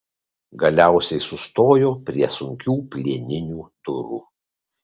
galiausiai sustojo prie sunkių plieninių durų